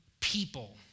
people